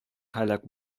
һәлак